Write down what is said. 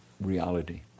reality